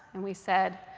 and we said,